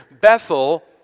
Bethel